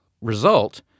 result